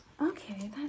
okay